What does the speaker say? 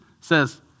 says